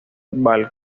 val